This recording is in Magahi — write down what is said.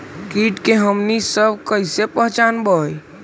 किट के हमनी सब कईसे पहचनबई?